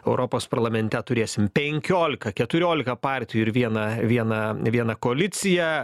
europos parlamente turėsim penkiolika keturiolika partijų ir vieną vieną vieną koaliciją